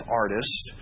artist